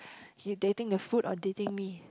you dating the food or dating me